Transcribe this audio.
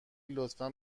لطفا